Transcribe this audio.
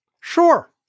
Sure